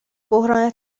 بحران